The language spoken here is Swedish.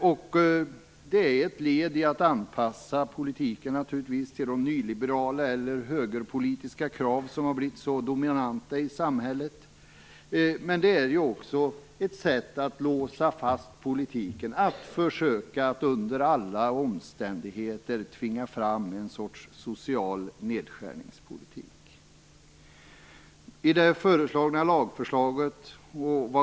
Det är naturligtvis ett led i anpassningen av politiken till de nyliberala eller högerpolitiska krav som har blivit så dominanta i samhället, men det är också ett sätt att låsa fast politiken, att försöka att under alla omständigheter tvinga fram en sorts social nedskärningspolitik.